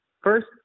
first